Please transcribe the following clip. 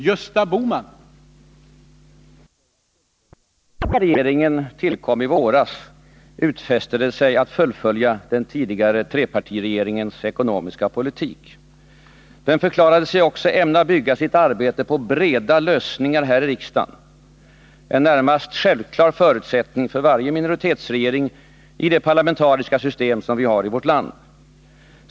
Herr talman! När den nuvarande regeringen tillkom i våras, utfäste den sig att fullfölja den tidigare trepartiregeringens ekonomiska politik. Den förklarade sig också ämna bygga sitt arbete på ”breda lösningar” här i riksdagen — en närmast självklar förutsättning för varje minoritetsregering i det parlamentariska system som vi har i vårt land.